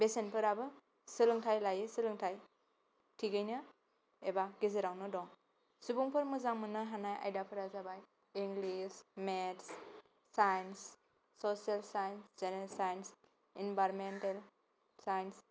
बेसेनफोराबो सोलोंथाइ लायै सोलोंथाइ थिगैनो एबा गेजेरावनो दं सुबुंफोर मोजां मोन्नो हानाय आयदाफोरा जाबाय English maths science social science general science environmental science